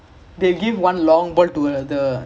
they will like cornered போவாங்க:povaanga like